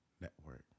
network